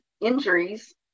injuries